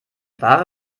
wahrer